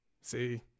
See